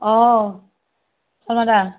অঁ শৰ্মা দা